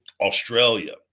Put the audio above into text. Australia